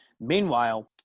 Meanwhile